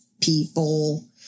people